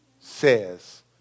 says